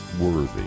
worthy